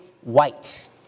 White